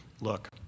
look